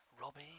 Robbie